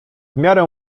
miarę